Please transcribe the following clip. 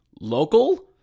local